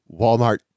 Walmart